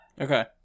okay